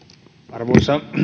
arvoisa